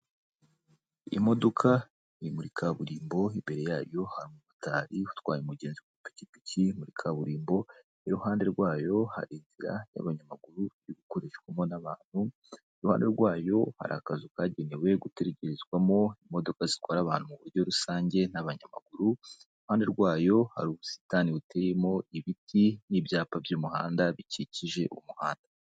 Imodoka iri muri kaburimbo imbere yayo hamotari itwaye umugenzipikipiki muri kaburimbo iruhande rwayo hari inzira y'abanyamaguru iri gukoreshwamo n'abantu iruhande rwayo hari akazu kagenewe gutegerezwamo imodoka zitwara abantu mu buryo rusange n'abanyamaguru iruhande rwayo hari ubusitani buteyemo ibiti n'ibyapa by'umuhanda bikikije umuhanda.